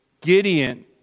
Gideon